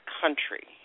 country